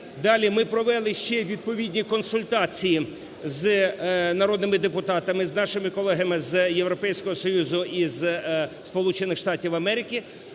далі, ми провели ще відповідні консультації з народними депутатами, з нашими колегами з Європейського Союзу із